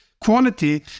quality